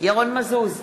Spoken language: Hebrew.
ירון מזוז,